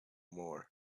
more